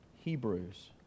Hebrews